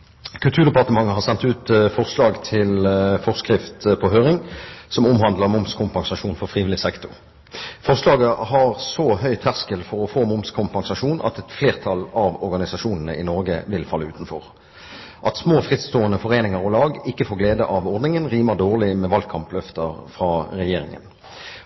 har sendt ut forslag til forskrifter på høring som omhandler momskompensasjon for frivillig sektor. Forslaget har så høy terskel for å få momskompensasjon at et flertall av organisasjonene i Norge faller utenfor. At små frittstående foreninger og lag ikke får glede av ordningen, rimer dårlig med valgkampløfter fra regjeringen.